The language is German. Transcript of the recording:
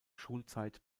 schulzeit